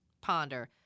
Ponder